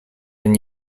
been